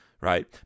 right